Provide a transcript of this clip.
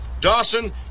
Dawson